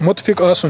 مُتفِِق آسُن